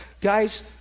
guys